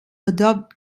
adopt